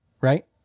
right